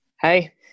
hey